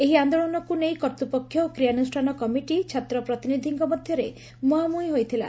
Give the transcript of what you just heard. ଏହି ଆଦୋଳନକୁ ନେଇ କର୍ଭୂପକ୍ଷ ଓ କ୍ରିୟାନୁଷ୍ଠାନ କମିଟି ଛାତ୍ର ପ୍ରତିନିଧିଙ୍କ ମଧରେ ମୁହାଁମୁହି ହୋଇଥିଲା